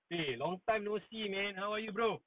eh long time no see man how are you bro